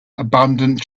abandoned